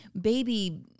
baby